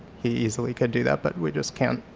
he easily could do that. but we just can't,